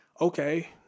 Okay